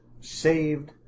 saved